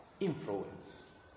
Influence